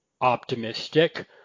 optimistic